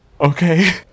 okay